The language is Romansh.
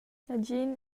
negin